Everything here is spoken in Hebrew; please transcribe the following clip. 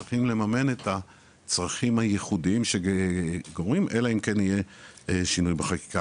צריכים לממן את הצרכים הייחודיים שקורים אלא אם כן יהיה שינוי בחקיקה,